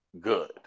good